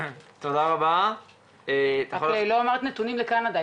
מה לגבי נתונים משווים עם קנדה?